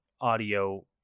audio